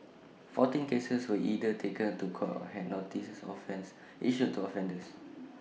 fourteen cases were either taken to court or had notices of offence issued to offenders